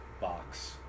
box